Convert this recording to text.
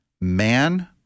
man